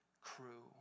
crew